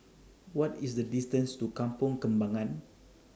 What IS The distance to Kampong Kembangan